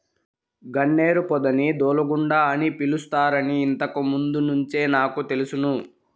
గన్నేరు పొదని దూలగుండ అని పిలుస్తారని ఇంతకు ముందు నుంచే నాకు తెలుసును